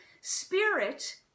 spirit